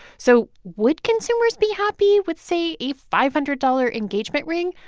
so would consumers be happy with, say, a five hundred dollars engagement ring?